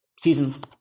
seasons